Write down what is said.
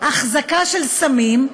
החזקה של סמים,